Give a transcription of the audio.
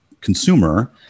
consumer